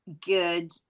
good